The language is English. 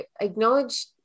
acknowledge